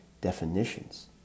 definitions